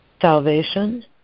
Salvation